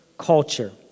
culture